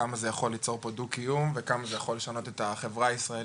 כמה זה יכול ליצור פה דו קיום וכמה זה יכול לשנות את החברה הישראלית,